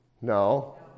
No